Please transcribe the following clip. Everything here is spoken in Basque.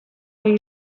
ohi